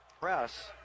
press